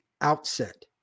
outset